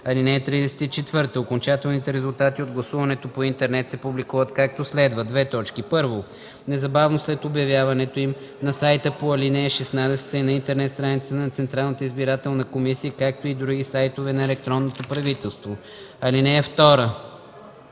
ал. 32. (34) Окончателните резултати от гласуването по интернет се публикуват, както следва: 1. незабавно след обявяването им – на сайта по ал. 16, на интернет страницата на Централната избирателна комисия, както и на други сайтове на електронното правителство; 2.